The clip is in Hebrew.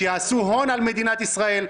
שיעשו הון על מדינת ישראל.